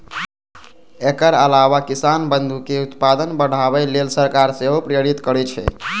एकर अलावा किसान बंधु कें उत्पादन बढ़ाबै लेल सरकार सेहो प्रेरित करै छै